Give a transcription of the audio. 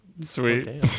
Sweet